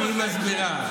חוץ מהכתוב הזה.